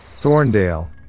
Thorndale